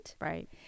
right